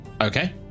okay